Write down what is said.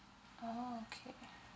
oh okay